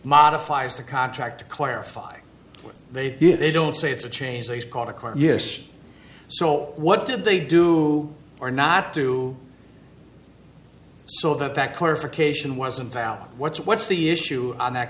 modifies the contract to clarify what they did they don't say it's a change he's called a car yes so what did they do or not do so that that clarification wasn't valid what's what's the issue on that